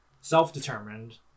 self-determined